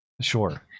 Sure